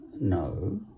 no